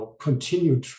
continue